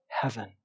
heaven